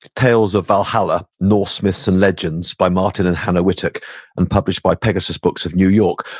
tales of valhalla norse myths and legends by martyn and hannah whittock and published by pegasus books of new york,